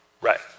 Right